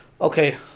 Okay